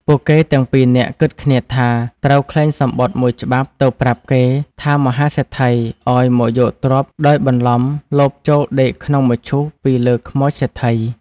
ពួកគេទាំងពីរនាក់គិតគ្នាថា ត្រូវក្លែងសំបុត្រ១ច្បាប់ទៅប្រាប់គេថាមហាសេដ្ឋីឱ្យមកយកទ្រព្យដោយបន្លំលបចូលដេកក្នុងមឈូសពីលើខ្មោចសេដ្ឋី។